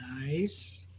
Nice